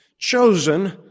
Chosen